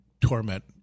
torment